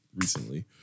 recently